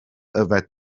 yfed